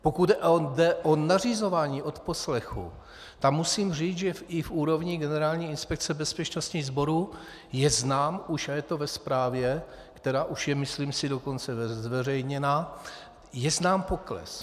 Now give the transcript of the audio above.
Pokud jde o nařizování odposlechu, tam musím říct, že i v úrovni Generální inspekce bezpečnostních sborů je znám už, a je to ve zprávě, která už je, myslím, dokonce zveřejněná, je znám pokles.